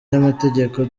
y’amategeko